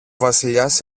βασιλιάς